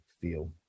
feel